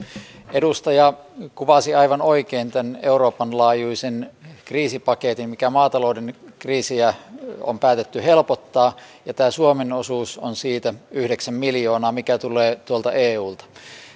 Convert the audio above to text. edustaja kuvasi aivan oikein tämän euroopan laajuisen kriisipaketin millä maatalouden kriisiä on päätetty helpottaa ja suomen osuus on siitä yhdeksän miljoonaa mikä tulee tuolta eulta